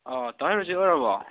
ꯇꯥ ꯍꯦꯔꯣꯖꯤꯠ ꯑꯣꯏꯔꯕꯣ